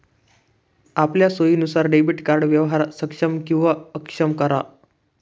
आपलया सोयीनुसार debit card व्यवहार सक्षम किंवा अक्षम करा